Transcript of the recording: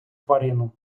тварину